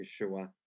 Yeshua